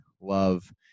love